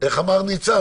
איך אמר ניצן?